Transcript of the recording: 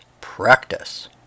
Practice